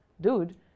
dude